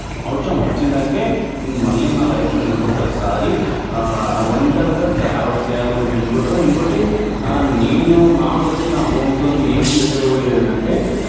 అవసరం వచ్చిందంటే నేను మళ్ళీ నా లైఫ్లో ఇంకొకసారి ఒంటరిగా ట్రావెల్ చెయ్యాలని అనుకుంటున్నాను ఇంకోకటి నేను నాకు వచ్చిన ఒంతోని నేను చెప్పబోయే ఏందంటే